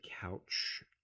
couch